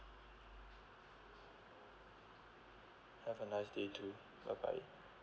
have a nice day too bye bye